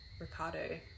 Ricardo